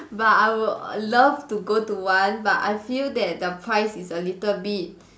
but I would love to go to one but I feel that the price is a little bit